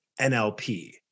NLP